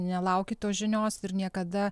nelaukiu tos žinios ir niekada